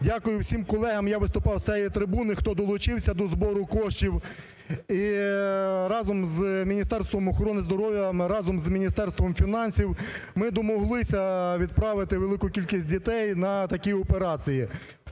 дякую всім колегам, я виступав з цієї трибуни, хто долучився до збору коштів і разом з Міністерством охорони здоров'я, ми разом з Міністерством фінансів ми домоглися відправити велику кількість дітей на такі операції.